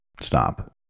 stop